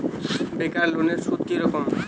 বেকার লোনের সুদ কি রকম?